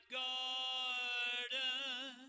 garden